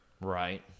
Right